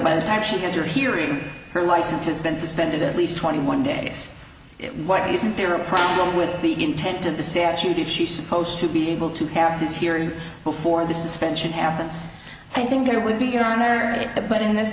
by the time she has your hearing her license has been suspended at least twenty one days why isn't there a problem with the intent of the statute is she supposed to be able to have this hearing before the suspension happens i think it would be your honor it but in this